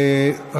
81 בעד, 12 נגד.